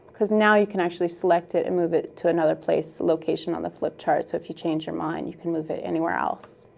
because now you can actually select it and move it to another place, location on the flip chart. so if you change your mind, you can move it anywhere else.